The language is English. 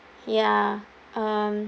ya um